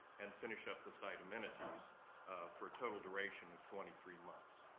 and finish up the site amenities for a total duration of twenty three months.